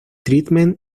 treatment